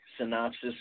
Synopsis